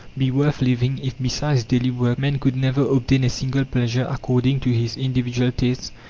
be worth living, if, besides daily work, man could never obtain a single pleasure according to his individual tastes?